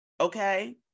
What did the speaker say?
okay